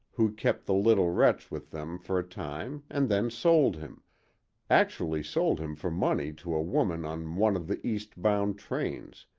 who kept the little wretch with them for a time and then sold him actually sold him for money to a woman on one of the east-bound trains,